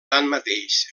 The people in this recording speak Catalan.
tanmateix